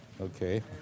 Okay